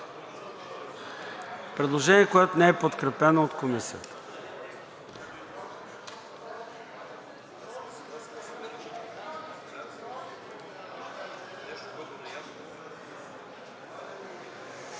Предложение, което не е подкрепено от Комисията.